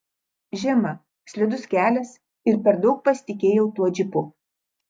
žiema slidus kelias ir per daug pasitikėjau tuo džipu